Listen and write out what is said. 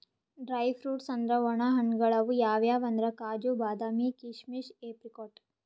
dry fruits ಅಂದ್ರ ವಣ ಹಣ್ಣ್ಗಳ್ ಅವ್ ಯಾವ್ಯಾವ್ ಅಂದ್ರ್ ಕಾಜು, ಬಾದಾಮಿ, ಕೀಶಮಿಶ್, ಏಪ್ರಿಕಾಟ್